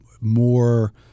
more